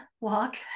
walk